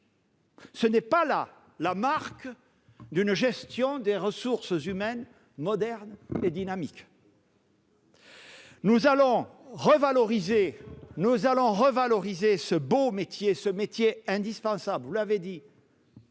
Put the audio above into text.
Ce n'est pas là la marque d'une gestion des ressources humaines moderne et dynamique. Nous allons donc revaloriser ce beau métier, cet indispensable métier,